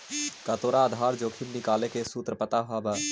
का तोरा आधार जोखिम निकाले के सूत्र पता हवऽ?